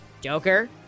Joker